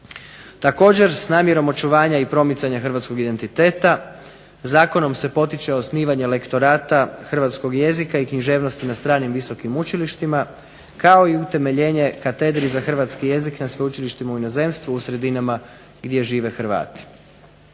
Također s namjerom očuvanja i promicanja hrvatskog identiteta zakonom se potiče osnivanje lektorata hrvatskog jezika i književnosti na stranim visokim učilištima, kao i utemeljenje katedri za hrvatski jezik na sveučilištima u inozemstvu u sredinama gdje žive Hrvati.